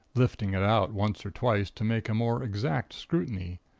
lifting it out once or twice to make a more exact scrutiny,